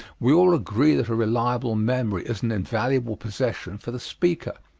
we all agree that a reliable memory is an invaluable possession for the speaker.